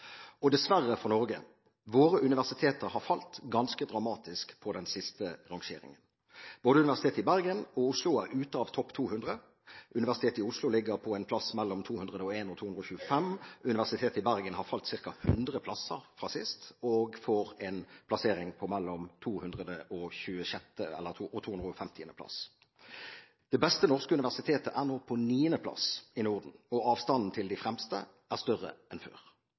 42. Dessverre for Norge: Våre universiteter har falt ganske dramatisk på den siste rangeringen. Både Universitetet i Bergen og Oslo er ute av topp 200. Universitetet i Oslo ligger på en plass mellom 201 og 225. Universitetet i Bergen har falt ca. 100 plasser fra sist og får en plassering mellom 226. og 250. plass. Det beste norske universitetet er nå på 9. plass i Norden, og avstanden til de fremste er større enn før.